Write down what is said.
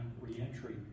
re-entry